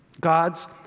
God's